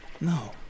No